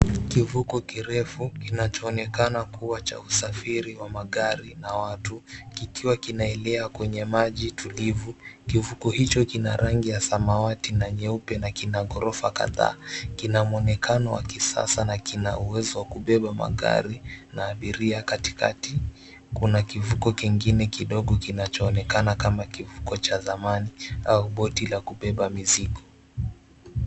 Kivuko kirefu kinachoonekana kuwa cha usafiri wa magari na watu, kikiwa kinaelea kwenye maji tulivu. Kivuko hicho kina rangi ya samawati na nyeupe na kina gorofa kadhaa. Kina muonekano wa kisasa na kina uwezo wa kubeba magari na abiria katikati. Kuna kivuko kingine kidogo kinachoonekana kama kivuko cha zamani au boti la kubeba mizigo.